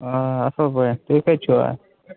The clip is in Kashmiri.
آ اَصٕل پٲٹھۍ تُہۍ کَتہِ چھُوا